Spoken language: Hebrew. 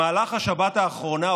באמצע השבת,